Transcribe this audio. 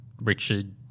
Richard